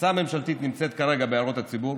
ההצעה הממשלתית נמצאת כרגע בהערות הציבור.